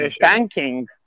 banking